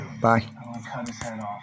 bye